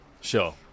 sure